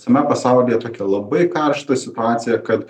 visame pasaulyje tokia labai karšta situacija kad